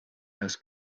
erst